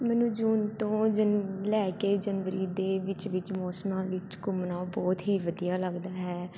ਮੈਨੂੰ ਜੂਨ ਤੋਂ ਜਨ ਲੈ ਕੇ ਜਨਵਰੀ ਦੇ ਵਿੱਚ ਵਿੱਚ ਮੌਸਮਾਂ ਵਿੱਚ ਘੁੰਮਣਾ ਬਹੁਤ ਹੀ ਵਧੀਆ ਲੱਗਦਾ ਹੈ